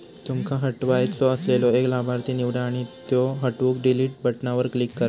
तुमका हटवायचो असलेलो एक लाभार्थी निवडा आणि त्यो हटवूक डिलीट बटणावर क्लिक करा